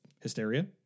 hysteria